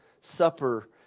supper